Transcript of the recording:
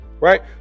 right